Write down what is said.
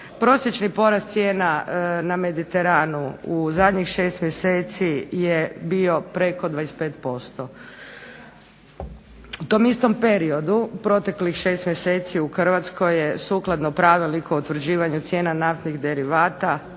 prosječni porast cijena na Mediteranu u zadnjih 6 mjeseci je bio preko 25%. U tom istom periodu proteklih 6 mjeseci u Hrvatskoj je sukladno pravilniku o utvrđivanju cijena naftnih derivata,